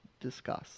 discuss